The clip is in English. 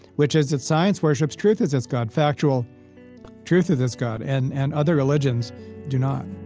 which is that science worships truth as its god factual truth as its god, and and other religions do not